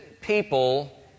people